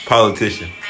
Politician